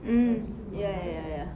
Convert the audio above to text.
mm ya ya ya